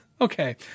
Okay